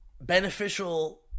beneficial